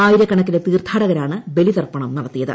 ആയിരക്കണക്കിന് തീർത്ഥാടകരാണ് ബലിതർപ്പണം നടത്തിയത്